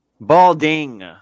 Balding